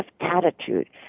attitude